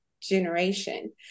generation